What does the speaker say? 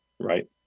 Right